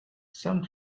some